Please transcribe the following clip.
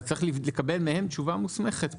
צריך לקבל מהם תשובה מוסמכת.